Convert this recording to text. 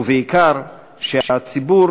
ובעיקר, שהציבור